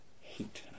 hate